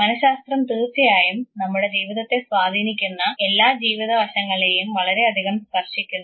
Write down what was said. മനഃശാസ്ത്രം തീർച്ചയായും നമ്മുടെ ജീവിതത്തെ സ്വാധീനിക്കുന്ന എല്ലാ ജീവിതവശങ്ങളെയും വളരെയധികം സ്പർശിക്കുന്നു